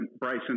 Bryson